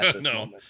No